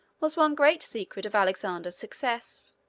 was one great secret of alexander's success.